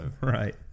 Right